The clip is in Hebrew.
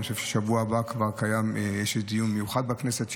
אני חושב שבשבוע הבא כבר קיים דיון מיוחד בכנסת,